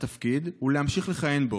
לתפקיד ולהמשיך לכהן בו,